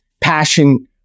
passion